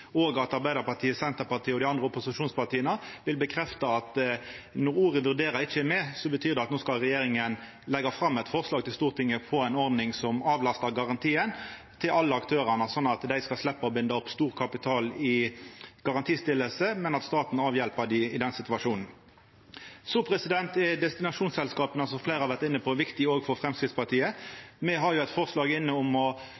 at Arbeidarpartiet, Senterpartiet og dei andre opposisjonspartia vil bekrefta at når ordet «vurdera» ikkje er med, betyr det at no skal regjeringa leggja fram eit forslag til Stortinget om ei ordning som avlastar garantien til alle aktørane, sånn at dei skal sleppa å binda opp stor kapital i garantistilling, men at staten avhjelper dei i den situasjonen. Destinasjonsselskapa, som fleire har vore inne på, er viktig òg for Framstegspartiet. Me har eit forslag inne om å